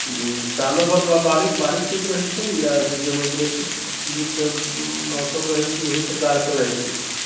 जी जी सालोभर वहाँ बारिश होइत रहै छै या जे डेमोग्रेफिक जे छै मौसम रहै छै ओहि प्रकारसँ रहै छै